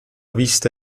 vista